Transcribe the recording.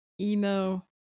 emo